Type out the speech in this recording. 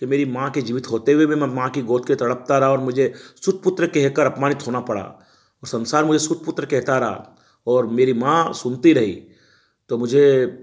कि मेरी माँ के जीवित होते हुए भी मैं माँ की गोद के तड़पता रहा और मुझे सूद पुत्र कह कर अपमानित होना पड़ा वह संसार मुझे सूद पुत्र कहता रहा और मेरी माँ सुनती रही तो मुझे